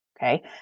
Okay